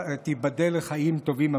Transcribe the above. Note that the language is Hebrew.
תיבדל לחיים טובים,